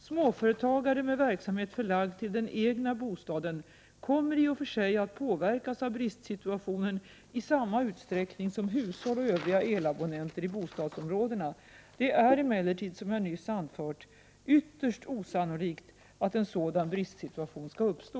Småföretagare med verksamheten förlagd till den egna bostaden kommer i och för sig att påverkas av bristsituationen i samma utsträckning som hushåll och övriga elabonnenter i bostadsområdena. Det är emellertid ytterst osannolikt att en bristsituation skall uppstå.